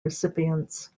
recipients